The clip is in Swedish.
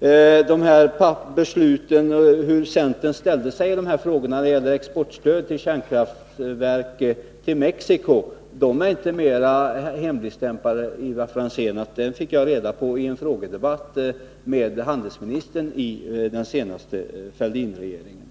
sedan gäller beslutet om stöd till export av kärnkraftverk till Mexico och centerns ställningstagande i den frågan vill jag säga till Ivar Franzén att dessa beslut inte var mera hemligstämplade än att jag fick reda på vad de handlade om i en frågedebatt med handelsministern i den senaste Fälldinregeringen.